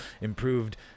improved